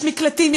יש מקלטים,